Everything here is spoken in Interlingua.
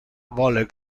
vole